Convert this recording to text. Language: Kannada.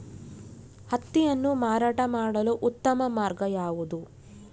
ಹತ್ತಿಯನ್ನು ಮಾರಾಟ ಮಾಡಲು ಉತ್ತಮ ಮಾರ್ಗ ಯಾವುದು?